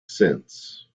since